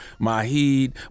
Mahid